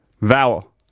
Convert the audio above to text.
Vowel